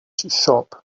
shop